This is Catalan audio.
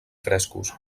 frescos